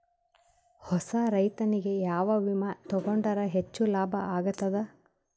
ಹೊಸಾ ರೈತನಿಗೆ ಯಾವ ವಿಮಾ ತೊಗೊಂಡರ ಹೆಚ್ಚು ಲಾಭ ಆಗತದ?